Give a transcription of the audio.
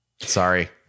Sorry